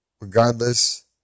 Regardless